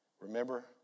Remember